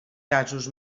gasos